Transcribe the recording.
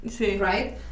right